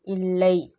இல்லை